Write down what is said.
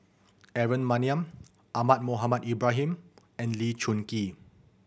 Aaron Maniam Ahmad Mohamed Ibrahim and Lee Choon Kee